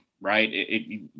right